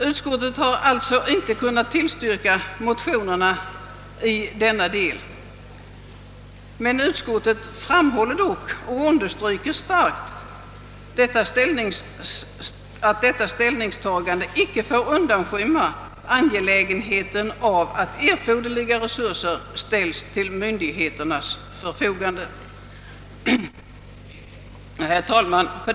Utskottet har alltså inte kunnat tillstyrka motionerna i denna del men understryker dock starkt, att detta ställningstagande inte får undanskymma angelägenheten av att erforderliga resurser ställs till myndigheternas förfogande. Herr talman!